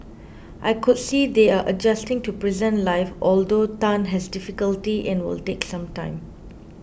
I could see they are adjusting to prison life although Tan has difficulty and will take some time